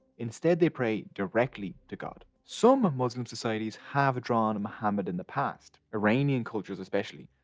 instead they pray directly to god. some muslim societies have drawn muhammad in the past, iranian cultures especially.